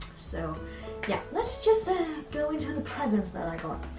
so yeah. let's just ah go into the presents that i got.